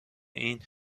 این